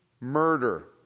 murder